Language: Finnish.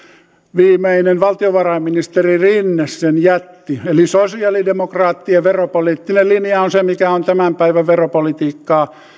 viimeinen valtiovarainministeri rinne jätti sosialidemokraattien veropoliittinen linja on se mikä on tämän päivän veropolitiikkaa